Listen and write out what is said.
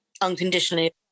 unconditionally